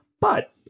But-